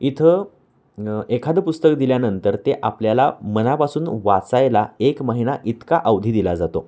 इथं एखादं पुस्तक दिल्यानंतर ते आपल्याला मनापासून वाचायला एक महिना इतका अवधी दिला जातो